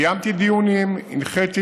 קיימתי דיונים, הנחיתי.